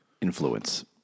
influence